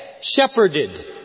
shepherded